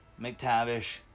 McTavish